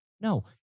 No